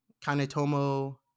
Kanetomo